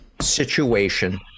situation